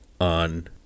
on